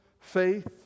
faith